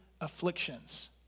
afflictions